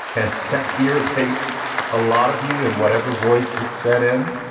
and that irritates a lot of you in whatever voice it set in.